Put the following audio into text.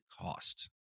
cost